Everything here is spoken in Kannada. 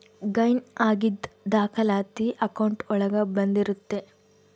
ಗೈನ್ ಆಗಿದ್ ದಾಖಲಾತಿ ಅಕೌಂಟ್ ಒಳಗ ಬಂದಿರುತ್ತೆ